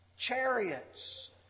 ...chariots